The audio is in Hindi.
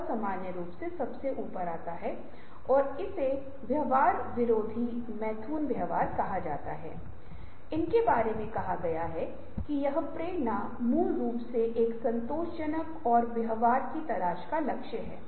और आर और एन में निवेश होना चाहिए और यदि आप उत्पाद या सेवा कर रहे हैं तो यह दूसरों के साथ सतह होगा चाहे सेवा सुविधाओं लागतों और अन्य आयामों की तुलना में बेहतर हो